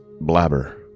blabber